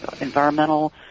environmental